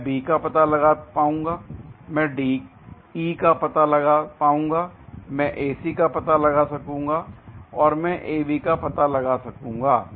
मैं B का पता लगा पाऊंगा मैं DE का पता लगा पाऊंगा मैं AC का पता लगा सकूंगा और मैं AB का पता लगा सकूंगा